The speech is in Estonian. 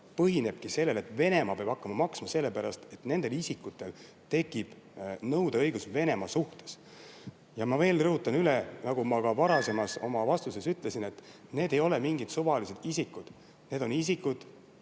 põhinebki sellel, et Venemaa peab hakkama maksma, sest nendel isikutel tekib nõudeõigus Venemaa vastu. Ma rõhutan üle, mida ma ka oma varasemas vastuses ütlesin, et need ei ole mingid suvalised isikud, need on isikud,